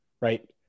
right